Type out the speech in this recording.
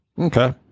Okay